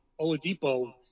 Oladipo